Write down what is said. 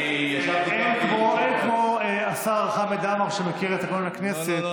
אני ישבתי אין כמו השר חמד עמאר שמכיר את תקנון הכנסת ויודע בדיוק,